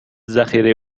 ذخیره